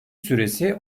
süresi